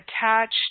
attached